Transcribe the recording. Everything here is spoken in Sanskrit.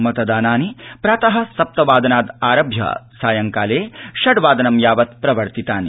मतदानानि प्रात सप्त वादनाद् आरभ्य सायं ाले षड्वादनं यावत् प्रवर्तितानि